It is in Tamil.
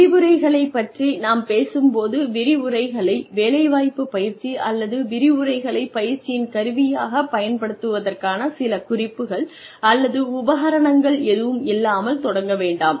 விரிவுரைகளைப் பற்றி நாம் பேசும்போது விரிவுரைகளை வேலைவாய்ப்பு பயிற்சி அல்லது விரிவுரைகளைப் பயிற்சியின் கருவியாகப் பயன்படுத்துவதற்கான சில குறிப்புகள் அல்லது உபகரணங்கள் எதுவும் இல்லாமல் தொடங்க வேண்டாம்